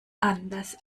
anders